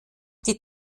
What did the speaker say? die